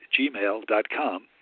gmail.com